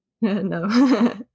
No